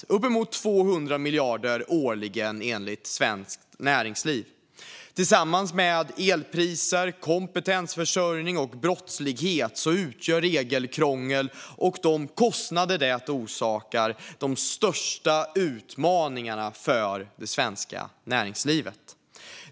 Det är uppemot 200 miljarder årligen, enligt Svenskt Näringsliv. Tillsammans med elpriser, kompetensförsörjning och brottslighet utgör regelkrångel och de kostnader som detta orsakar de största utmaningarna för det svenska näringslivet.